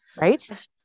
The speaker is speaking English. Right